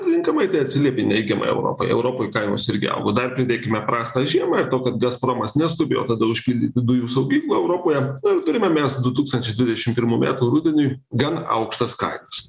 atitinkamai tai atsiliepė neigiamai europai europoj kainos irgi augo dar pridėkime prastą žiemą ir to kad gazpromas neskubėjo užpildyti dujų saugyklų europoje turime mes du tūkstančiai dvidešim pirmų metų rudeniui gan aukštas kainas